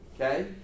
okay